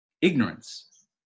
ignorance